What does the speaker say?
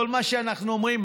כל מה שאנחנו אומרים,